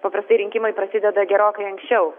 paprastai rinkimai prasideda gerokai anksčiau